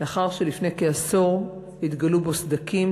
לאחר שלפני כעשור התגלו בו סדקים,